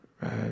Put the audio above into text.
right